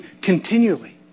continually